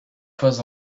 fois